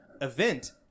event